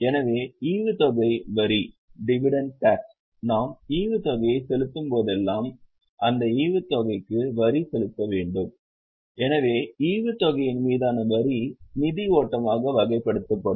எனவே ஈவுத்தொகை வரி நாம் ஈவுத்தொகையை செலுத்தும்போதெல்லாம் அந்த ஈவுத்தொகைக்கு வரி செலுத்த வேண்டும் எனவே ஈவுத்தொகையின் மீதான வரி நிதி ஓட்டமாக வகைப்படுத்தப்படும்